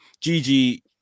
Gigi